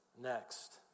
Next